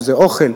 אם אוכל,